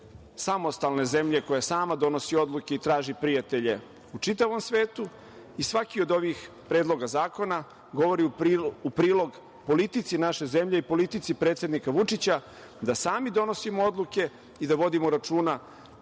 samostalne zemlje koja sama donosi odluke i traži prijatelje u čitavom svetu i svaki od ovih predloga zakona govori u prilog politici naše zemlje i politici predsednika Vučića da sami donosimo odluke i da vodimo računa